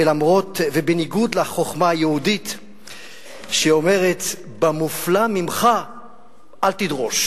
ובניגוד לחוכמה היהודית שאומרת: במופלא ממך אל תדרוש